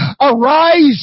Arise